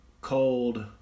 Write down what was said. cold